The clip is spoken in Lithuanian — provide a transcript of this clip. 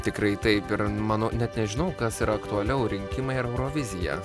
tikrai taip ir mano net nežinau kas yra aktualiau rinkimai ar eurovizija